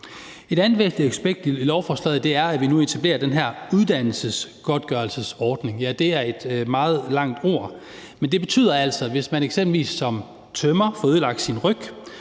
Et andet væsentligt aspekt i lovforslaget er, at vi nu etablerer den her uddannelsesgodtgørelsesordning; ja, det er et meget langt ord, men det betyder altså, at hvis man eksempelvis som tømrer får ødelagt sin ryg